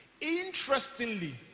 Interestingly